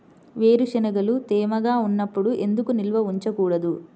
వేరుశనగలు తేమగా ఉన్నప్పుడు ఎందుకు నిల్వ ఉంచకూడదు?